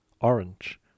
orange